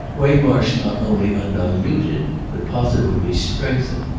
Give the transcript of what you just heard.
waymarsh not only undiluted but positively strengthened,